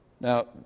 Now